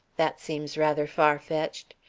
that seems rather far-fetched.